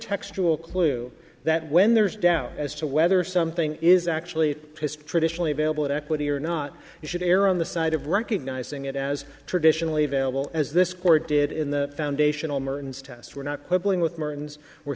textual clue that when there's doubt as to whether something is actually pissed traditionally available in equity or not you should err on the side of recognizing it as traditionally available as this court did in the foundational merton's test were not